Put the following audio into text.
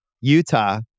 Utah